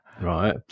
Right